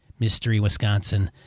mysterywisconsin